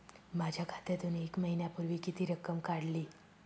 माझ्या खात्यातून एक महिन्यापूर्वी किती रक्कम काढली?